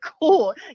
cool